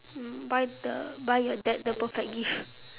hmm buy the buy your dad the perfect gift